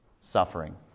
suffering